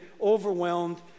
overwhelmed